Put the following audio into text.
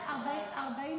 חבריי חברי הכנסת,